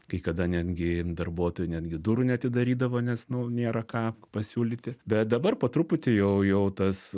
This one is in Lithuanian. kai kada netgi darbuotojai netgi durų neatidarydavo nes nu nėra ką pasiūlyti bet dabar po truputį jau jau tas